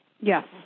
Yes